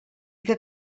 que